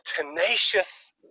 tenacious